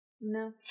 No